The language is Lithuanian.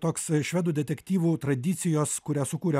toks švedų detektyvų tradicijos kurią sukūrė